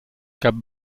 cap